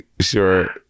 sure